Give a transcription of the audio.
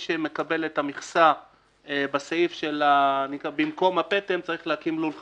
שמקבל את המכסה במקום הפטם צריך להקים לול חדש.